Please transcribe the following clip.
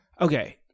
Okay